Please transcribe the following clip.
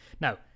Now